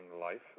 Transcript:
Life